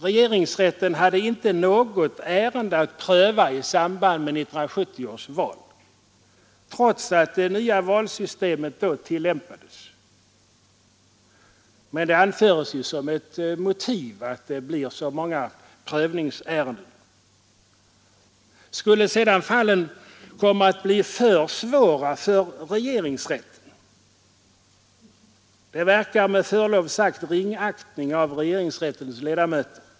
Regeringsrätten hade inte något ärende att pröva i samband med 1970 års val, trots att det nya valsystemet då tillämpades. Men det anföres i propositionen som ett motiv för en ny institution att det blir så många prövningsärenden. Skulle sedan fallen komma att bli för svåra för regeringsrätten? Det verkar med förlov sagt som en ringaktning av regeringsrättens ledamöter.